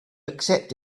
accept